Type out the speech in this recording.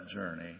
journey